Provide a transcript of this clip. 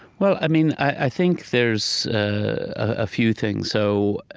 well, i mean, i think there's a few things. so,